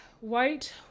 white